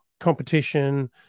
competition